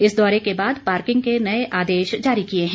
इस दौरे के बाद पार्किंग के नये आदेश जारी किए है